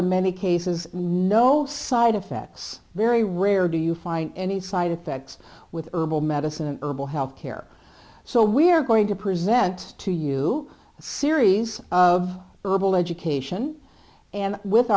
in many cases and no side effects very rare do you find any side effects with herbal medicine herbal health care so we are going to present to you series of herbal education and with